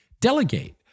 delegate